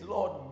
Lord